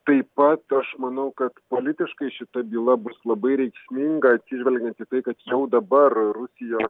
taip pat aš manau kad politiškai šita byla bus labai reikšminga atsižvelgiant į tai kad jau dabar rusijos